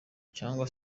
cyangwa